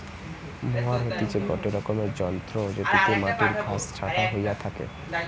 mower হতিছে গটে রকমের যন্ত্র জেটিতে মাটির ঘাস ছাটা হইয়া থাকে